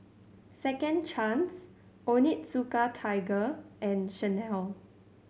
Second Chance Onitsuka Tiger and Chanel